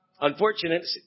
Unfortunately